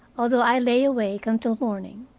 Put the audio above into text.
although i lay awake until morning.